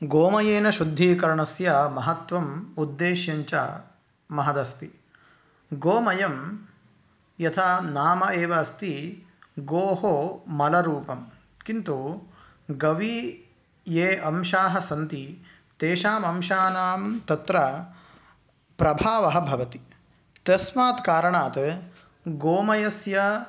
गोमयेन शुद्धीकरणस्य महत्त्वम् उद्धेश्यञ्च महदस्ति गोमयं यथा नाम एव अस्ति गोः मलरूपं किन्तु गवि ये अंशाः सन्ति तेषाम् अंशानां तत्र प्रभावः भवति तस्मात् कारणात् गोमयस्य